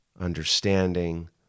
understanding